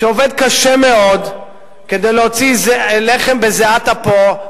שעובד קשה מאוד כדי להוציא לחם בזיעת אפיו,